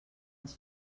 les